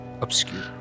Obscure